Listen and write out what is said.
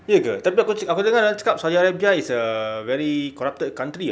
ye ke tapi aku dengar dorang cakap saudi arabia is a very corrupted country [tau]